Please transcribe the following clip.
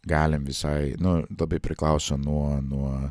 galim visai nu labai priklauso nuo nuo